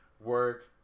Work